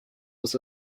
was